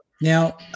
now